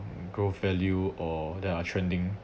growth value or that are trending